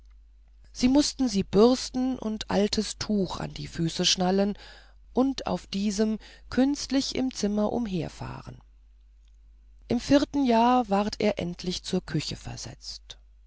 sie mußten sie bürsten und altes tuch an die füße schnallen und auf diesem künstlich im zimmer umherfahren im vierten jahr ward er endlich zur küche versetzt